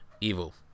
Evil